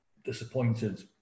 disappointed